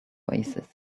oasis